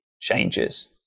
changes